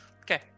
Okay